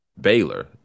Baylor